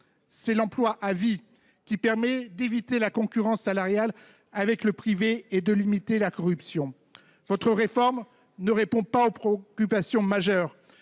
c’est l’emploi à vie, qui permet d’éviter la concurrence salariale avec le privé et de limiter la corruption. Votre réforme ne répond pas aux préoccupations majeures